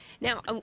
Now